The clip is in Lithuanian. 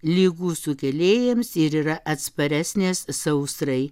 ligų sukėlėjams ir yra atsparesnės sausrai